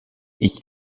ich